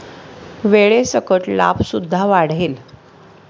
वेळेसकट लाभ सुद्धा वाढेल